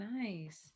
nice